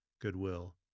goodwill